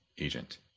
agent